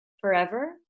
forever